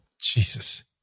Jesus